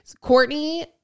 Courtney